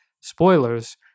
spoilers